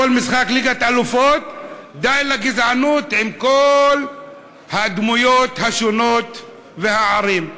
"די לגזענות", עם כל הדמויות השונות והערים.